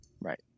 Right